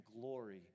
glory